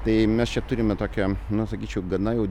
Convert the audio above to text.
tai mes čia turime tokią na sakyčiau gana jau